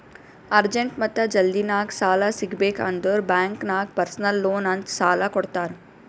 urgent ಮತ್ತ ಜಲ್ದಿನಾಗ್ ಸಾಲ ಸಿಗಬೇಕ್ ಅಂದುರ್ ಬ್ಯಾಂಕ್ ನಾಗ್ ಪರ್ಸನಲ್ ಲೋನ್ ಅಂತ್ ಸಾಲಾ ಕೊಡ್ತಾರ್